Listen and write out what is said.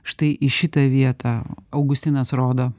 štai į šitą vietą augustinas rodo